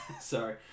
Sorry